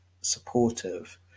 supportive